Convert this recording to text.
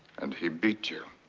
and he beat you.